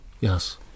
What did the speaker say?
Yes